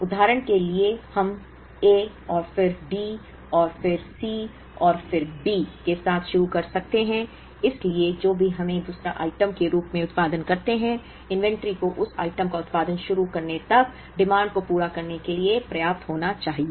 उदाहरण के लिए हम A और फिर D और फिर C और फिर B के साथ शुरू कर सकते हैं इसलिए जो भी हम दूसरे आइटम के रूप में उत्पादन करते हैं इन्वेंट्री को उस आइटम का उत्पादन शुरू करने तक मांग को पूरा करने के लिए पर्याप्त होना चाहिए